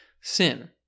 sin